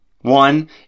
One